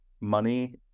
money